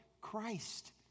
Christ